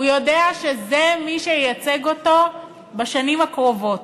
הוא יודע שזה מי שייצג אותו בשנים הקרובות,